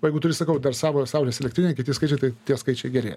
o jeigu turi sakau dar savo saulės elektrinę kiti skaičiai tai tie skaičiai gerėja